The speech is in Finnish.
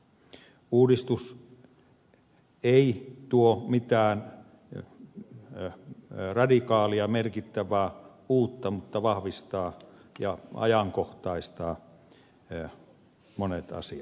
uudistus ei tuo mitään radikaalia merkittävää uutta mutta vahvistaa ja ajankohtaistaa monet asiat